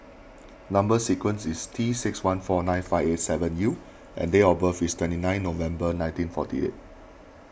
Number Sequence is T six one four nine five eight seven U and date of birth is twenty nine November nineteen forty eight